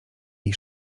jej